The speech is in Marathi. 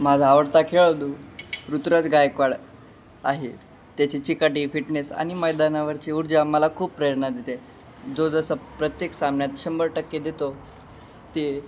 माझा आवडता खेळडू ऋतुराज गायकवाड आहे त्याची चिकाटी फिटनेस आणि मैदानावरची ऊर्जा मला खूप प्रेरणा देते जो जसं प्रत्येक सामन्यात शंभर टक्के देतो ते